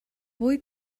fwy